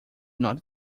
not